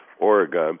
Oregon